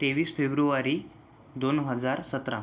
तेवीस फेब्रुवारी दोन हजार सतरा